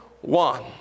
one